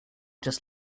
just